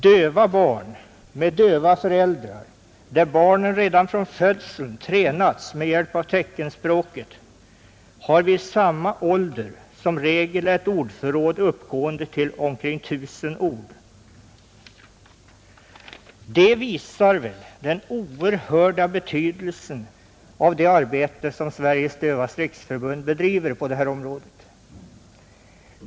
Döva barn med döva föräldrar, som redan från födseln tränats med hjälp av teckenspråk, har vid samma ålder som regel ett ordförråd som uppgår till omkring 1 000 ord. Det visar väl den oerhörda betydelsen av det arbete som Sveriges dövas riksförbund bedriver på det här området.